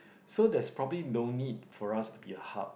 so there's probably no need for us to be a hub